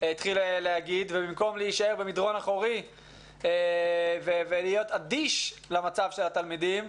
התחיל להגיד ובמקום להישאר במדרון אחורי ולהיות אדיש למצב של התלמידים,